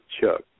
Chuck